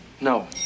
no